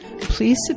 Please